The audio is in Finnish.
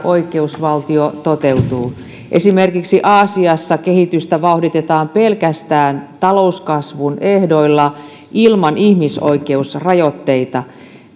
ja oikeusvaltio toteutuvat esimerkiksi aasiassa kehitystä vauhditetaan pelkästään talouskasvun ehdoilla ilman ihmisoikeusrajoitteita